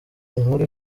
inkuru